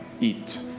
eat